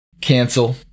cancel